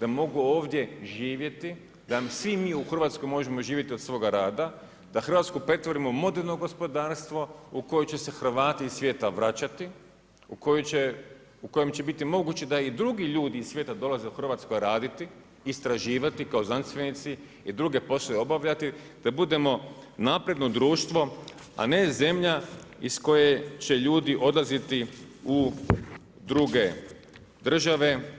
da mogu ovdje živjeti, da svi mi u Hrvatskoj možemo živjeti od svoga rada, da Hrvatsku pretvorimo u moderno gospodarstvo u koje će se Hrvati iz svijeta vraćati, u kojem će biti moguće da i drugi ljudi iz svijeta dolaze u Hrvatsku raditi, istraživati kao znanstvenici i druge poslove obavljati, da budemo napredno društvo, a ne zemlja iz koje će ljudi odlaziti u druge države.